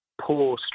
poor